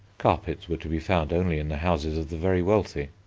carpets were to be found only in the houses of the very wealthy.